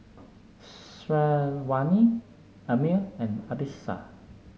Syazwani Ammir and Arissa